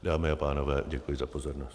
Dámy a pánové, děkuji za pozornost.